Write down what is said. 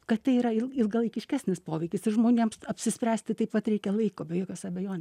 kad tai yra ilga ilgalaikiškesnis poveikis ir žmonėms apsispręsti taip vat reikia laiko be jokios abejonė